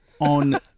on